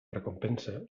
recompensa